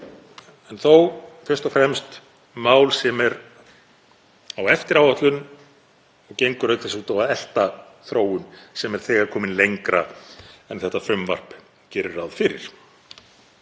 En fyrst og fremst er þetta mál sem er á eftir áætlun og gengur auk þess út á að elta þróun sem er þegar komin lengra en þetta frumvarp gerir ráð fyrir.